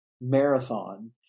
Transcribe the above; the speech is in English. Marathon